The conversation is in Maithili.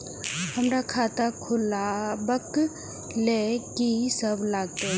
हमरा खाता खुलाबक लेल की सब लागतै?